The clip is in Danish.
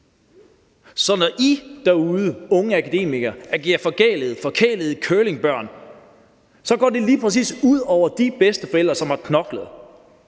Så når I derude, unge akademikere, agerer forkælede curlingbørn, går det lige præcis ud over de bedsteforældre, som har knoklet,